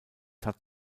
hat